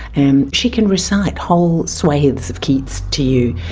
and she can recite whole swathes of keats to you,